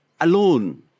alone